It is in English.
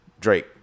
Drake